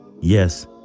Yes